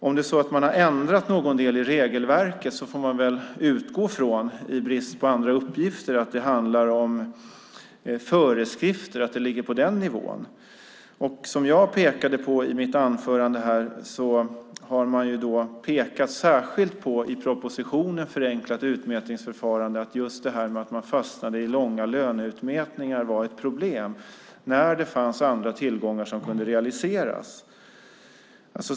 Om man har ändrat någon del i regelverket får man väl i brist på andra uppgifter utgå från att det handlar om föreskrifter och att det ligger på den nivån. Som jag sade i mitt anförande har man i propositionen Förenklat utmätningsförfarande pekat på att just detta att man fastnade i löneutmätningar var ett problem när det fanns andra tillgångar som kunde realiseras.